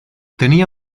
tenía